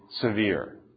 severe